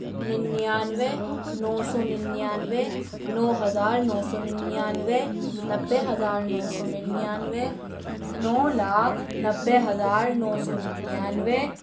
ننانوے نو سو ننانوے نو ہزار نو سو ننانوے نبے ہزار نو سو ننانوے نو لاکھ نوے ہزار نو سو ننانوے